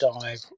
dive